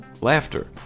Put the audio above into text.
laughter